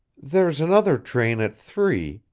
there's another train at three,